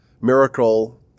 miracle